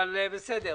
אבל בסדר.